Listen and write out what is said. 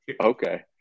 okay